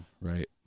Right